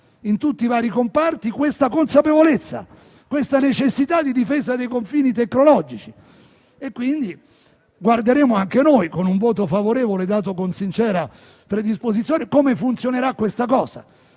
in tutti i vari comparti questa consapevolezza e questa necessità di difesa dei confini tecnologici, quindi guarderemo anche noi con un voto favorevole, dato con sincera predisposizione, come funzionerà questa cosa.